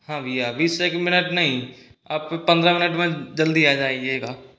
हां भैया बीस एक मिनिट नहीं आप पंद्रह मिनिट में जल्दी आ जाइएगा